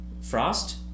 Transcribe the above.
frost